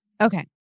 Okay